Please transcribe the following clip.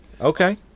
Okay